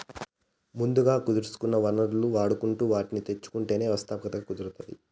ముందుగా కుదుర్సుకున్న వనరుల్ని వాడుకుంటు వాటిని తెచ్చుకుంటేనే వ్యవస్థాపకత కుదురుతాది